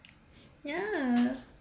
ya